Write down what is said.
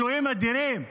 אלוהים אדירים.